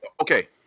Okay